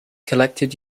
collected